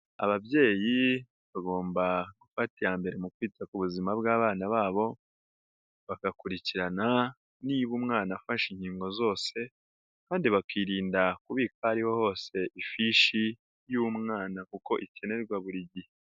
Ababyeyi bagomba gufata iya mbere mu kwita ku buzima bw'abana babo bagakurikirana niba umwana afashe inkingo zose kandi bakirinda kubika ariho hose ifishi y'umwana kuko ikenerwa buri gihe.